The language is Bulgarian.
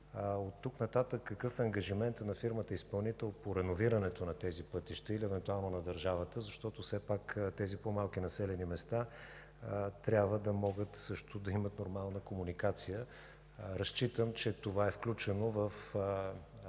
Оттук нататък: какъв е ангажиментът на фирмата изпълнител по реновирането на тези пътища или евентуално на държавата, защото все пак тези по-малки населени места трябва да могат също да имат нормална комуникация? Разчитам, че това е включено в